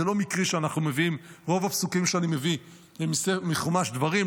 זה לא מקרי שרוב הפסוקים שאני מביא הם מחומש דברים,